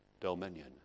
dominion